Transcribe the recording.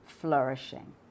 flourishing